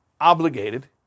obligated